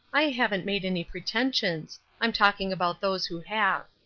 i haven't made any pretensions i'm talking about those who have.